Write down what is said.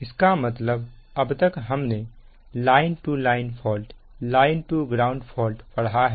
इसका मतलब अब तक हमने line to line fault line to ground fault पढ़ा है